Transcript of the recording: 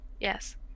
Yes